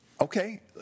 okay